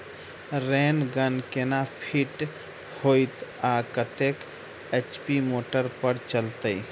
Rain gun केना fit हेतइ आ कतेक एच.पी मोटर पर चलतै?